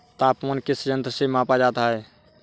तापमान किस यंत्र से मापा जाता है?